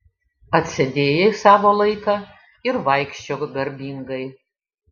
atsėdėjai savo laiką ir vaikščiok garbingai